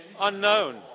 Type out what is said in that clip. unknown